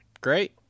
Great